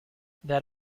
that